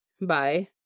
Bye